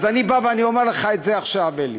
אז אני אומר לך את זה עכשיו, אלי.